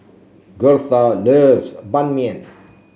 Gertha loves Ban Mian